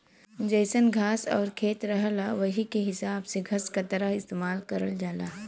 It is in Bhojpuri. जइसन घास आउर खेत रहला वही के हिसाब से घसकतरा इस्तेमाल करल जाला